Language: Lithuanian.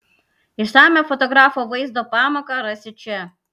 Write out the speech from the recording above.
išsamią fotografo vaizdo pamoką rasi čia